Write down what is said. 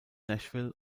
nashville